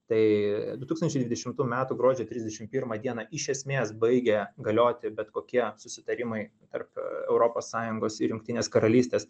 tai du tūkstančiai dvidešimtų metų gruodžio trisdešim pirmą dieną iš esmės baigė galioti bet kokie susitarimai tarp europos sąjungos ir jungtinės karalystės